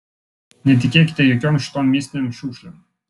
netikėkite jokiom šitom mistinėm šiukšlėm